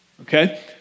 Okay